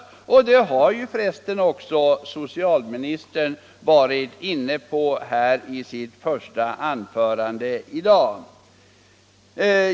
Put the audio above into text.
Socialministern har ju också varit inne på detta i sitt första anförande i dag.